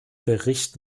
bericht